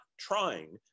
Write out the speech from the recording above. trying